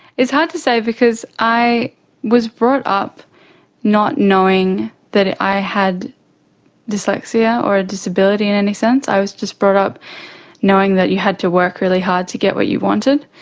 it's hard to say because i was brought up not knowing that i had dyslexia or a disability in any sense, i was just brought up knowing that you had to work very hard to get what you wanted.